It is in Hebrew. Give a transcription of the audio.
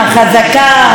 החזקה,